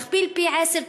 להכפיל פי-עשרה,